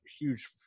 huge –